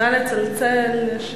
נא לצלצל.